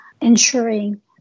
ensuring